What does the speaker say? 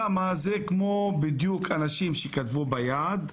זה בדיוק כמו אנשים שכתבו ביד,